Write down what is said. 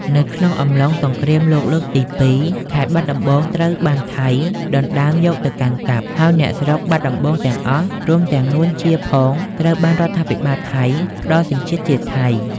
នៅក្នុងអំឡុងសង្រ្គាមលោកលើកទី២ ខេត្តបាត់ដំបង ត្រូវបានថៃដណ្តើមយកទៅកាន់កាប់ ហើយអ្នកស្រុកបាត់ដំបងទាំងអស់ រួមទាំង នួន ជាផង ត្រូវបានរដ្ឋាភិបាលថៃ ផ្តល់សញ្ជាតិជាថៃ។